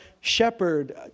shepherd